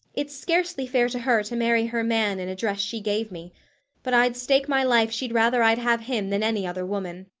it's scarcely fair to her to marry her man in a dress she gave me but i'd stake my life she'd rather i'd have him than any other woman.